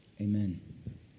Amen